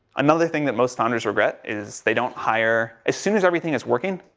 another thing that most founders regret is they don't hire as soon as everything is working,